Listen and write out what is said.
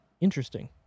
Interesting